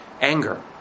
Anger